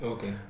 Okay